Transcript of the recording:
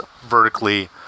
vertically